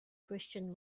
christian